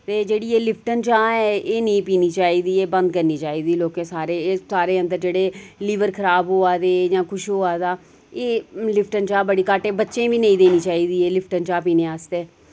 ते जेह्ड़ी एह्ह् लिप्टन चाह् ऐ एह् नेईं पीनी चाहिदी एह् बंद करने चाहिदी लोकें सारें एह् सारे अंदर जेह्ड़े लिवर खराब होआ दे जां किश होआ दा एह् लिप्टन चाह् बड़ी घट्ट एह् बच्चें बी नेईं देनी चाहिदी एह् लिप्टन चाह् पीने आस्तै